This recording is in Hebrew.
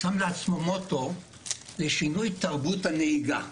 הוא שם לעצמו מוטו לשינוי תרבות הנהיגה.